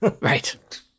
Right